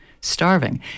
starving